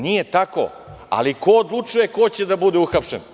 Nije tako, ali ko odlučuje ko će da bude uhapšen?